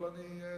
אני שמח.